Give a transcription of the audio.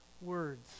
words